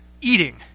Eating